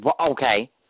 Okay